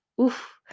oof